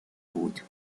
بود